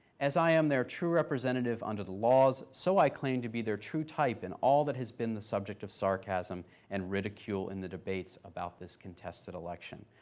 as i am their true representative under the laws, so i claim to be their true type in all that has been the subject of sarcasm and ridicule in the debates about this contested election.